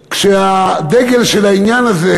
והדגל של העניין הזה,